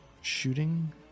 shooting